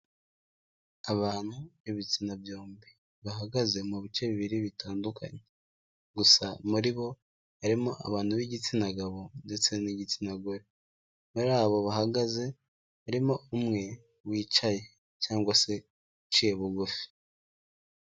Abantu b'ibitsina byombi bahagaze mu bice bibiri bitandukanye gusa muri bo harimo abantu b'igitsina gabo ndetse n'igitsina gore muri abo bahagaze harimo umwe wicaye cyangwa se uciye bugufi.